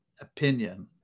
opinion